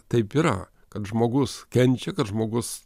taip yra kad žmogus kenčia kad žmogus